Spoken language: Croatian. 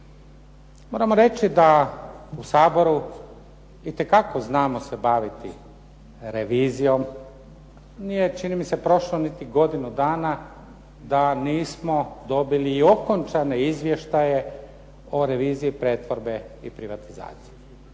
Moram reći da u Saboru itekako znamo se baviti revizijom. Nije čini mi se prošlo niti godinu dana da nismo dobili i okončane izvještaje o reviziji pretvorbe i privatizacije